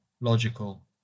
logical